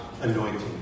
anointing